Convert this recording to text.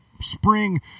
Spring